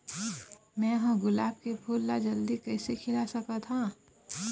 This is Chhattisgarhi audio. मैं ह गुलाब के फूल ला जल्दी कइसे खिला सकथ हा?